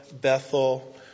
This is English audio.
Bethel